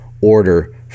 order